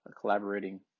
collaborating